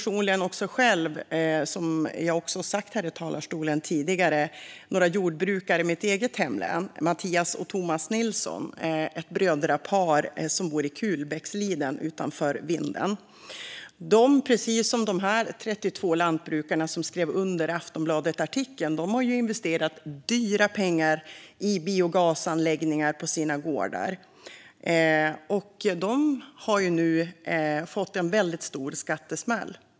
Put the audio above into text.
Som jag sagt här i talarstolen tidigare har jag personligen besökt jordbrukarna Mattias och Thomas Nilsson, ett brödrapar som bor i Kulbäcksliden utanför Vindeln i mitt eget hemlän. Både de och de 32 lantbrukare som skrev under Aftonbladetartikeln har investerat stora pengar i biogasanläggningar på sina gårdar. Man har nu fått en väldigt stor skattesmäll.